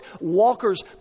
walkers